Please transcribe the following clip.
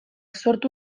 sortu